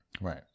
Right